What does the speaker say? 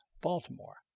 Baltimore